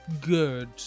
good